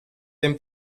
dem